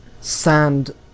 sand